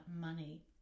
money